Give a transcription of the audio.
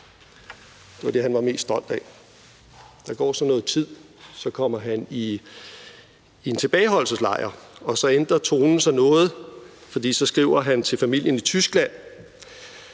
Det var det, han var mest stolt af. Der går så nogen tid, og så kommer han i en tilbageholdelseslejr, og så ændrer tonen sig noget, for så skriver han til sin familie i Tyskland: